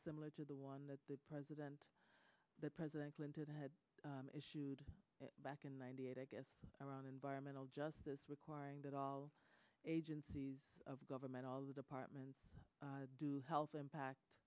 similar to the one that the president president clinton issued back in ninety eight i guess around environmental justice requiring that all agencies of government all the departments do health impact